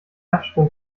absprung